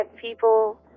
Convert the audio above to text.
people